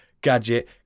Gadget